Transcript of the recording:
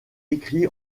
écrit